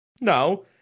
No